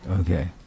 Okay